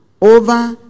over